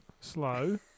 slow